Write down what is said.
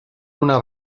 una